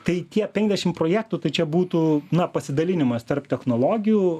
tai tie penkiasdešim projektų tai čia būtų na pasidalinimas tarp technologijų